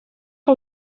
que